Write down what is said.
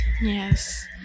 Yes